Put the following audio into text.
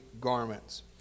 garments